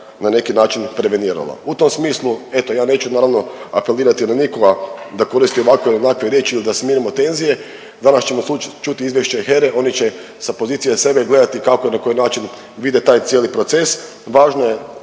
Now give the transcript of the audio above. na neki način prevenirala. U tom smislu eto ja neću naravno apelirati na nikoga da koristi ovakve ili onakve riječi ili da smirimo tenzije, danas ćemo čut izvješće HERA-e oni će sa pozicije sebe gledati kako i na koji način vide taj cijeli proces. Važno je